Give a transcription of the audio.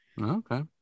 Okay